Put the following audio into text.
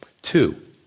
Two